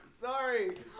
Sorry